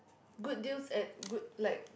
good deals at good like